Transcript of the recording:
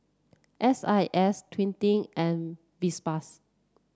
S I S Twining and Vespas